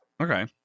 Okay